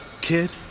Kid